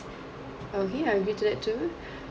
oh you have bitten it too